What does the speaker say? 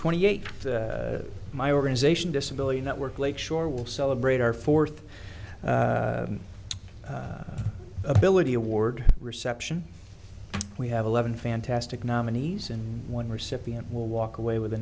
twenty eight my organization disability network lakeshore will celebrate our fourth ability award reception we have eleven fantastic nominees and one recipient will walk away with a